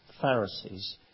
Pharisees